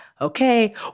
Okay